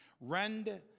Rend